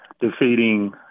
defeating